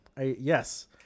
Yes